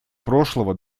прошлого